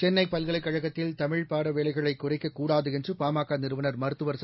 சென்ளை பல்கலைக் கழகத்தில் தமிழ்ப்பாட வேளைகளை குறைக்கக் கூடாது என்று பாமக நிறுவனர் மருத்துவர் ச